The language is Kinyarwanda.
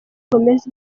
gomez